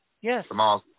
Yes